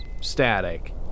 static